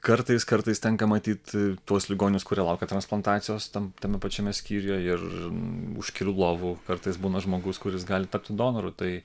kartais kartais tenka matyt tuos ligonius kurie laukia transplantacijos tam tame pačiame skyriuje ir už kelių lovų kartais būna žmogus kuris gali tapti donoru tai